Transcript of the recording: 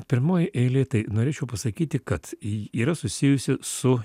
pirmoje eilėje tai norėčiau pasakyti kad yra susijusi su